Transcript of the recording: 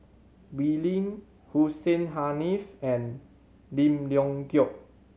Wee Lin Hussein Haniff and Lim Leong Geok